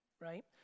right